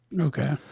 Okay